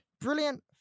Brilliant